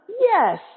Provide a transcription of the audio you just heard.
yes